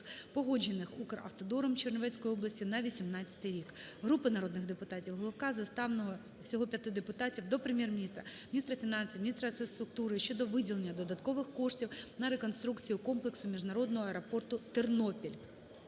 погоджених "Укравтодором" Чернівецькій області на 2018 рік. Групи народних депутатів (Головка, Заставного всього п'яти депутатів) до Прем'єр-міністра, міністра фінансів, міністра інфраструктури щодо виділення додаткових коштів на реконструкцію комплексу міжнародного аеропорту "Тернопіль".